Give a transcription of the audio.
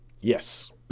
Yes